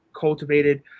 cultivated